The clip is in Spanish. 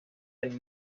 del